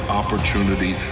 opportunity